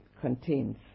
contains